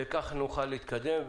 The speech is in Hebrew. וכך נוכל להתקדם.